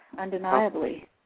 undeniably